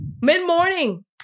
Mid-morning